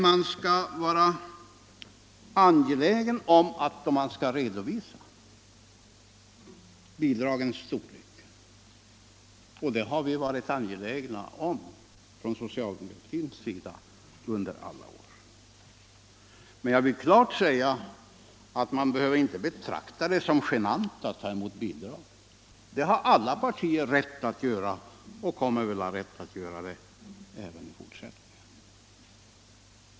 Man bör däremot vara angelägen om att redovisa bidragens storlek — och det har vi varit angelägna om från socialdemokratisk sida under alla år — men jag vill som sagt klart poängtera att man inte behöver betrakta det som någonting genant att ta emot bidrag. Det har alla partier rättighet att göra — och det kommer de väl att göra även i fortsättningen.